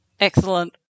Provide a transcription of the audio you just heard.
Excellent